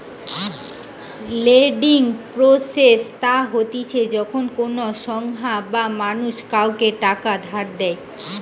lending process তা হতিছে যখন কোনো সংস্থা বা মানুষ কাওকে টাকা ধার দেয়